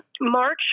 March